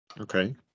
Okay